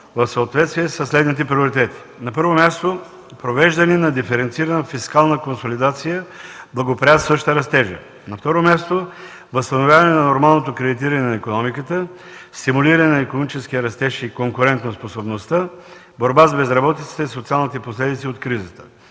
в съответствие със следните приоритети. На първо място, провеждане на диференцирана фискална консолидация, благоприятстваща растежа. На второ място, възстановяване на нормалното кредитиране на икономиката; стимулиране на икономическия растеж и конкурентноспособността; борба с безработицата и социалните последици от кризата;